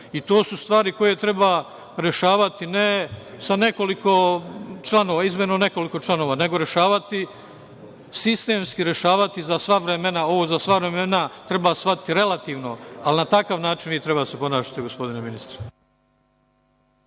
To su stvari koje treba rešavati ne izmenom nekoliko članova, nego sistemski rešavati za sva vremena. Ovo – za sva vremena treba shvatiti relativno, ali na takav način vi treba da se ponašate, gospodine ministre.